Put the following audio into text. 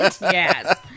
Yes